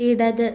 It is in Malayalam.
ഇടത്